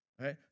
right